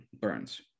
Burns